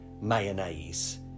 mayonnaise